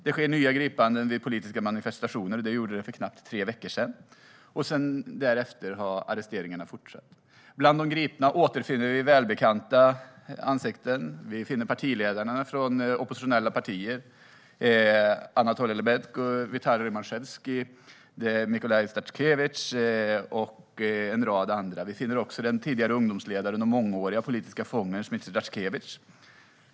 Det sker nya gripanden vid politiska manifestationer. Det skedde för knappt tre veckor sedan. Därefter har arresteringarna fortsatt. Bland de gripna återfinner vi välbekanta ansikten, såsom Anatol Ljabedzka, Vital Rymasjeuski och Mikalaj Statkevitj, som är partiledare från oppositionella partier, och en rad andra. Vi finner också den tidigare ungdomsledaren och mångåriga politiska fången Zmitser Dasjkevitj.